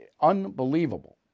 unbelievable